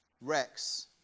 Rex